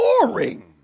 boring